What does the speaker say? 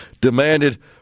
demanded